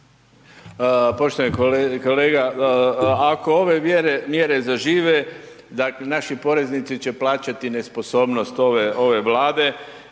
Poštovani kolega, ako ove mjere, mjere zažive, dakle naši poreznici će plaćati nesposobnost ove, ove